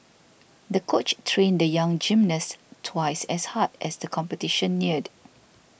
the coach trained the young gymnast twice as hard as the competition neared